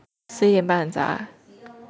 十一点半很早 ah